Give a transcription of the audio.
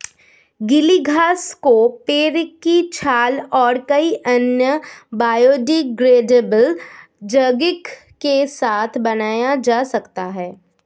गीली घास को पेड़ की छाल और कई अन्य बायोडिग्रेडेबल यौगिक के साथ बनाया जा सकता है